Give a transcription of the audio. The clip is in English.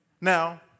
Now